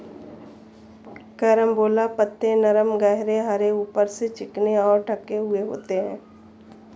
carambola पत्ते नरम गहरे हरे ऊपर से चिकने और ढके हुए होते हैं